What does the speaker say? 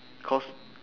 cause